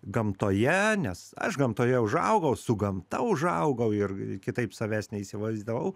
gamtoje nes aš gamtoje užaugau su gamta užaugau ir kitaip savęs neįsivaizdavau